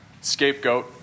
scapegoat